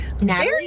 Natalie